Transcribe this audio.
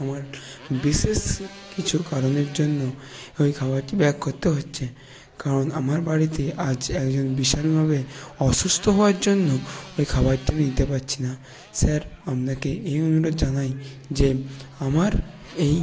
আমার বিশেষ কিছু কারণের জন্য ওই খাবারটি ব্যাক করতে হচ্ছে কারণ আমার বাড়িতে আজ একজন বিশালভাবে অসুস্থ হওয়ার জন্য ওই খাবারটি আমি নিতে পারছি না স্যার আপনাকে এই অনুরোধ জানাই যে আমার এই